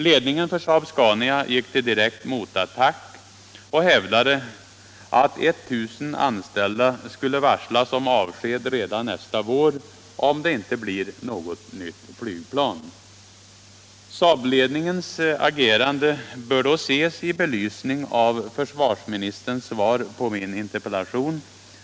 Ledningen för SAAB-SCANIA gick till direkt motattack och hävdade att 1000 anställda skulle varslas om avsked redan nästa vår, om det inte blir något nytt flygplan. SAAB-ledningens agerande bör ses i belysning av försvarsrhinisterns svar på min interpellation.